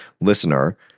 listener